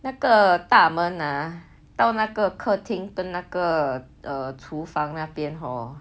那个大门 ah 到那个客厅跟那个 uh 厨房那边 hor